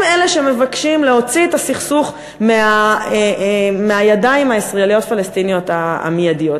הם אלה שמבקשים להוציא את הסכסוך מהידיים הישראליות-פלסטיניות המיידיות.